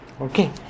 Okay